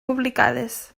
publicades